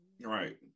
Right